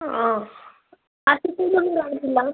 ആ ആശുപത്രിയിലൊന്നും കാണിച്ചില്ലെ